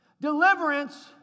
Deliverance